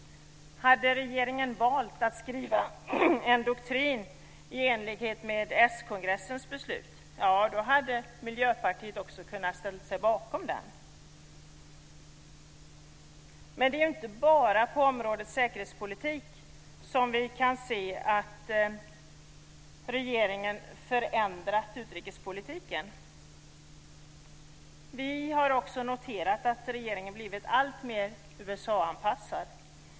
Hade regeringen valt att utforma en doktrin i enlighet med s-kongressens beslut, hade också Miljöpartiet kunnat ställa sig bakom den. Det är inte bara på det säkerhetspolitiska området som vi kan se att regeringen har förändrat utrikespolitiken. Vi har också noterat att regeringen blivit alltmer USA-anpassad.